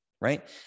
right